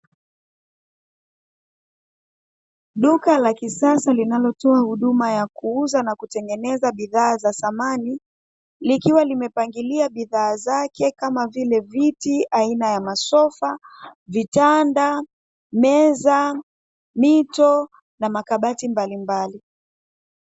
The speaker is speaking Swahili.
Duka la kisasa linalotoa huduma ya kuuza na kutengeneza bidhaa za samani, likiwa limepangilia bidhaa zake kama vile viti aina ya masofa, vitanda, meza, mito na makabati mbalimbali.